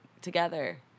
together